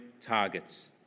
targets